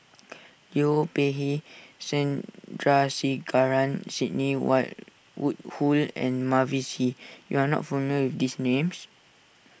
Liu Peihe Sandrasegaran Sidney Woodhull and Mavis Hee you are not familiar with these names